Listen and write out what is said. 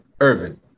Irvin